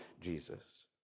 Jesus